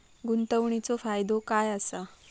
गुंतवणीचो फायदो काय असा?